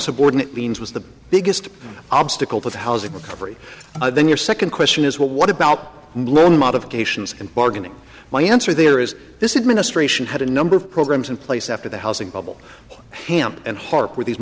subordinate beings was the biggest obstacle to the housing recovery then your second question is what what about loan modifications and bargaining my answer there is this is ministration had a number of programs in place after the housing bubble hamp and harp where these